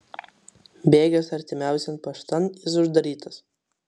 bėgęs artimiausian paštan jis uždarytas